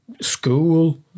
school